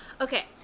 okay